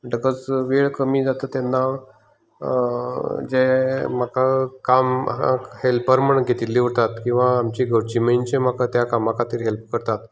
म्हणटकच वेळ कमी जाता तेन्ना जें म्हाका कामाक हॅल्पर म्हूण घेतिल्लीं उरतात किंवा आमची घरचीं मनशां म्हाका त्या कामा खातीर हॅल्प करतात